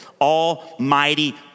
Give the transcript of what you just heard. almighty